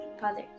Father